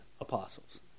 apostles